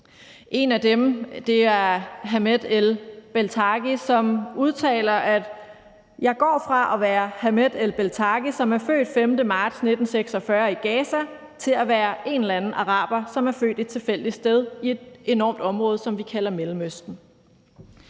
En af dem er Hamed El-Beltagi, som udtaler: »Jeg går fra at være Hamed El-Beltagi, som er født den 5. marts 1946 i Gaza, Palæstina, til at være en eller anden araber, som er født et tilfældigt sted i det enorme område, vi kalder Mellemøsten.«